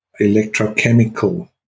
electrochemical